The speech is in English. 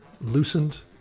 loosened